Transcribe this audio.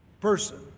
person